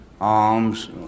arms